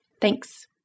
Thanks